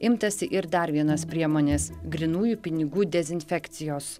imtasi ir dar vienos priemonės grynųjų pinigų dezinfekcijos